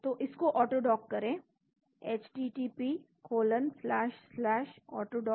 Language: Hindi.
तो इस को ऑटोडॉक करें httpautodockscrippsedu